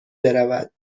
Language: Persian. برود